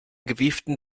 gewieften